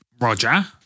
Roger